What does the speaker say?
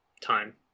time